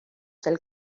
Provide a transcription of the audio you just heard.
del